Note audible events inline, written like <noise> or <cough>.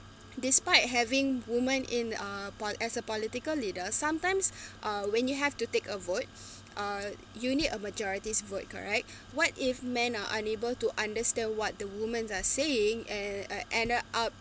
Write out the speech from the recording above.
despite having women in a po~ as a political leader sometimes <breath> uh when you have to take a vote uh you need a majority's vote correct what if men are unable to understand what the women are saying and uh ended up